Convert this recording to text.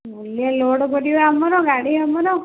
ମୁଲିଆ ଲୋଡ଼୍ କରିବେ ଆମର ଗାଡ଼ି ଆମର